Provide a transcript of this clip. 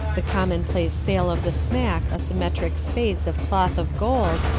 the commonplace sail of the smack a symmetric space of cloth of gold,